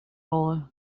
all